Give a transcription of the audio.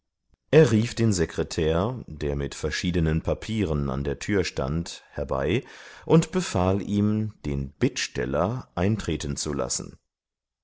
er rief den sekretär der mit verschiedenen papieren an der tür stand herbei und befahl ihm den bittsteller eintreten zu lassen